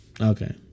Okay